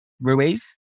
Ruiz